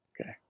okay